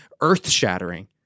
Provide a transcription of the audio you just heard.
earth-shattering